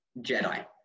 Jedi